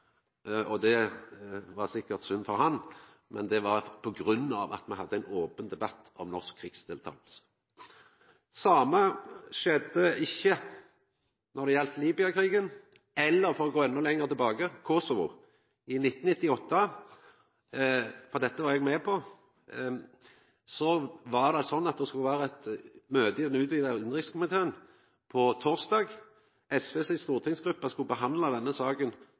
Det var sikkert synd for han, men det var på grunn av at me hadde ein open debatt om norsk krigsdeltaking. Same skjedde ikkje då det gjaldt Libya-krigen, eller for å gå endå lenger tilbake, Kosovo. I 1998 – for dette var eg med på – var det slik at det skulle vera eit møte i den utvida utanrikskomiteen på torsdag. SV si stortingsgruppe skulle behandla denne saka